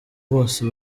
bose